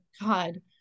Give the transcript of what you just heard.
god